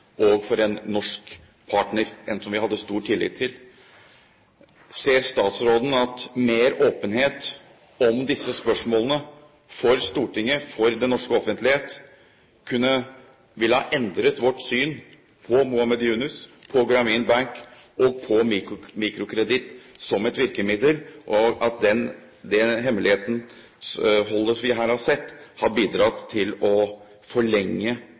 og for en norsk partner, en som vi hadde stor tillit til. Ser statsråden at mer åpenhet om disse spørsmålene for Stortinget og for den norske offentlighet ville ha endret vårt syn på Mohammad Yunus, på Grameen Bank og på mikrokreditt som et virkemiddel, og at det hemmeligholdet vi her har sett, har bidratt til å forlenge